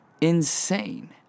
insane